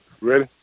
Ready